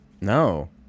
No